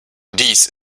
dies